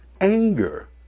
anger